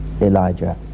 Elijah